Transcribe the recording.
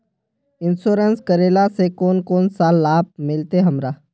Insurance करेला से कोन कोन सा लाभ मिलते हमरा?